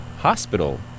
hospital